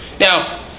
Now